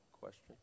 question